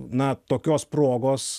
na tokios progos